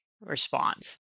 response